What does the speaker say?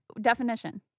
Definition